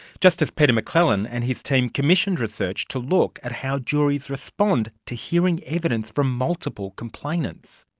justice peter mcclellan and his team commissioned research to look at how juries respond to hearing evidence from multiple complainants.